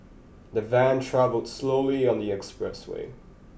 the van travelled slowly on the expressway